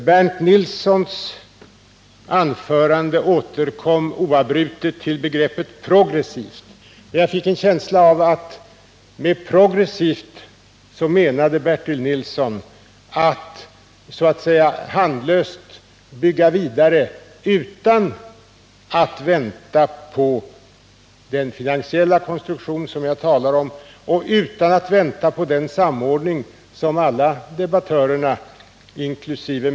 Bernt Nilsson återkom i sitt anförande oavbrutet till begreppet progressivt. Jag fick en känsla av att Bernt Nilsson med det ordet menade att man så att säga handlöst skulle bygga vidare utan att vänta på den finansiella rekonstruktion som jag talar om och utan att vänta på den samordning som alla debattörerna, inkl.